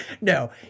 no